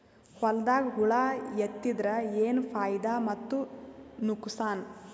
ಹೊಲದಾಗ ಹುಳ ಎತ್ತಿದರ ಏನ್ ಫಾಯಿದಾ ಮತ್ತು ನುಕಸಾನ?